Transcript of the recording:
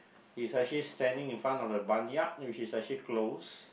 he's actually standing in front of a barnyard which is actually closed